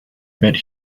bet